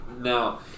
Now